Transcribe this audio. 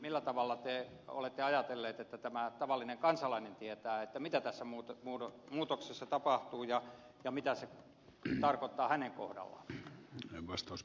millä tavalla te olette ajatelleet hoitaa sen että tämä tavallinen kansalainen tietää mitä tässä muutoksessa tapahtuu ja mitä se tarkoittaa hänen kohdallaan